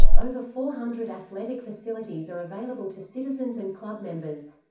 over four hundred athletic facilities are available to citizens and club members.